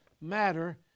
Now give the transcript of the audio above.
Matter